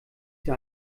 jahr